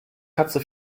katze